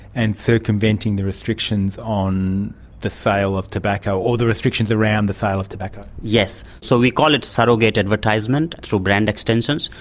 and circumventing the restrictions on the sale of tobacco, or the restrictions around the sale of tobacco. yes. so we call it surrogate advertising and through brand extensions,